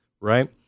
right